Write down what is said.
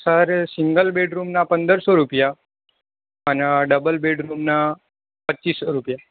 sir single બેડરૂમના પંદરસો રૂપિયા અન ડબલ બેડરૂમના પચ્ચીસો રૂપિયા